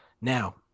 Now